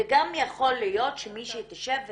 זה גם יכול להיות שמישהי תשב ותכתוב,